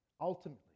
ultimately